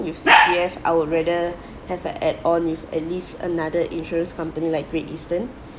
with C_P_F I would rather have a add on with at least another insurance company like great eastern